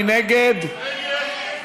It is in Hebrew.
מי נגד?